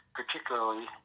particularly